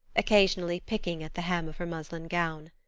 occasionally picking at the hem of her muslin gown.